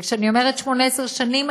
וכשאני אומרת 18 שנים,